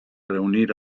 reunir